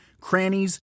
crannies